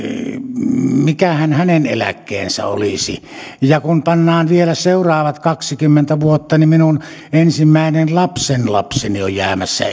mikähän hänen eläkkeensä olisi ja kun pannaan vielä seuraavat kaksikymmentä vuotta niin minun ensimmäinen lapsenlapseni on jäämässä